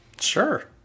Sure